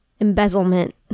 embezzlement